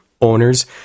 owners